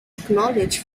acknowledge